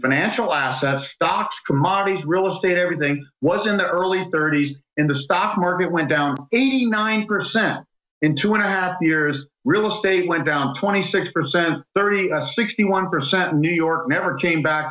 financial assets stocks commodities real estate everything was in the early thirty's in the stock market went down eighty nine percent in two and a half years really they went down twenty six percent thirty sixty one percent new york never came back